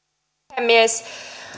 puhemies